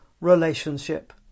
relationship